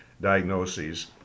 diagnoses